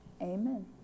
Amen